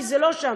כי זה לא שם,